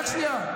בצלאל,